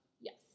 yes